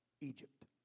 Egypt